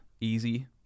easy